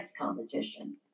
competition